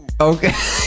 Okay